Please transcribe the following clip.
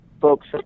folks